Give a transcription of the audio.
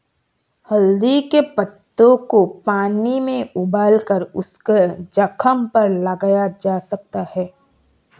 हल्दी के पत्तों के पानी में उबालकर उसको जख्म पर लगाया जा सकता है